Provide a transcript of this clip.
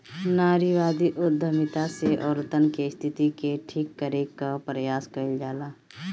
नारीवादी उद्यमिता से औरतन के स्थिति के ठीक करे कअ प्रयास कईल जाला